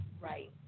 Right